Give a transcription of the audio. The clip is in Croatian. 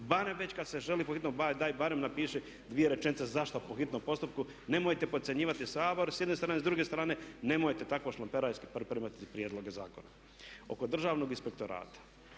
Barem već kad se želi po hitnom, daj barem napiši dvije rečenice zašto po hitnom postupku, nemojte procjenjivati Sabor s jedne strane, s druge strane nemojte takvo šlameperajski pripremati prijedloge zakona oko državnog inspektorata.